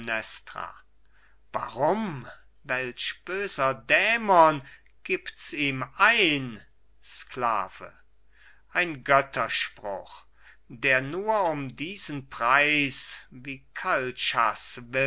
warum welch böser dämon gibt's ihm ein sklave ein götterspruch der nur um diesen preis wie